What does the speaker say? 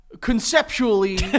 Conceptually